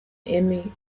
emmy